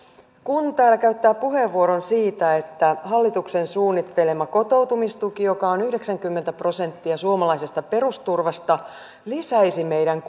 kun täällä käyttää puheenvuoron siitä että hallituksen suunnittelema kotoutumistuki joka on yhdeksänkymmentä prosenttia suomalaisesta perusturvasta lisäisi meidän